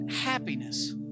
happiness